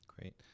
great